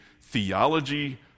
theology